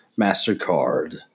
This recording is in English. MasterCard